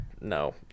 no